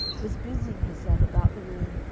was busying herself about the room,